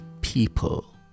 people